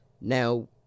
Now